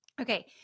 Okay